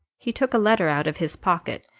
he took a letter out of his pocket,